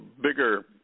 bigger